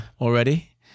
already